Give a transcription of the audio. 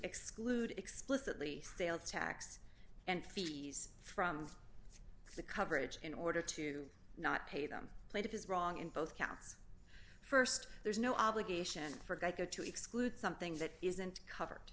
exclude explicitly sales tax and fees from the coverage in order to not pay them played it is wrong in both counts st there's no obligation for geico to exclude something that isn't covered